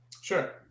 Sure